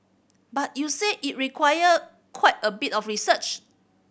but you said it require quite a bit of research